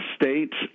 states